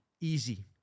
easy